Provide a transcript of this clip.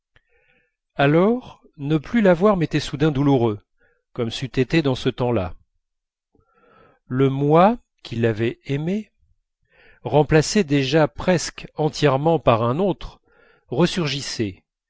alors ne plus la voir m'était soudain douloureux comme c'eût été dans ce temps-là le moi qui l'avait aimée remplacé déjà presque entièrement par un autre resurgissait